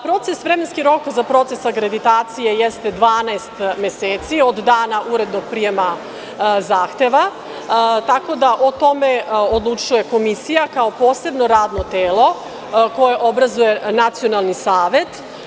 Vremenski rok za proces akreditacije jeste 12 meseci od dana urednog prijema zahteva, tako da o tome odlučuje komisija kao posebno radno telo koje obrazuje Nacionalni savet.